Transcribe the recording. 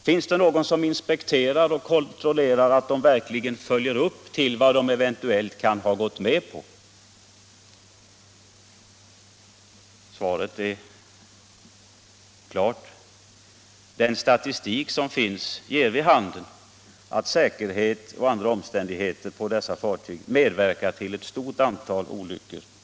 Finns det något organ som kontrollerar att alla nationer följer upp vad de kan ha gått med på? Svaret är klart. Den statistik som finns ger vid handen att åsidosättande av säkerhetsföreskrifter och andra omständigheter på bekvämlighetsregistrerade fartyg medverkar till ett stort antal olyckor.